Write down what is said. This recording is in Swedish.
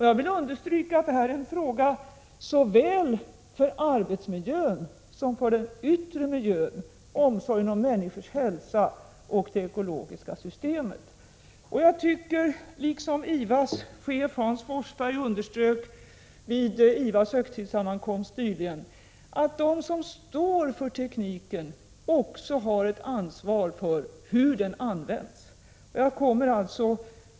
Jag vill understryka att detta är en fråga som berör såväl arbetsmiljön som den yttre miljön, omsorgen om människors hälsa och det ekologiska systemet. Jag tycker att de som står för tekniken också har ett ansvar för hur den används, något som IVA:s chef Hans Forsberg underströk vid IVA:s högtidssammankomst nyligen.